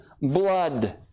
blood